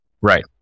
right